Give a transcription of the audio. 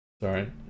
Sorry